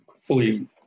fully